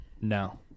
No